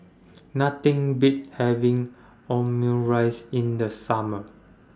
Nothing Beats having Omurice in The Summer